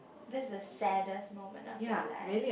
this is the saddest moment of your life